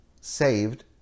saved